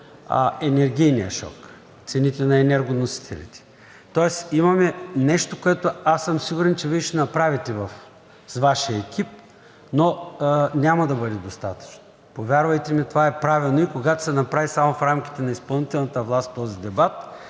енергийния шок – цените на енергоносителите. Тоест, имаме нещо, което, аз съм сигурен, че Вие ще направите с Вашия екип, но няма да бъде достатъчно. Повярвайте ми, това е правено и когато се направи само в рамките на изпълнителната власт този дебат,